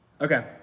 Okay